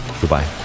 goodbye